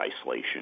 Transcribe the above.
isolation